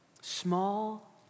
Small